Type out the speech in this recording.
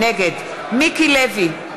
נגד מיקי לוי,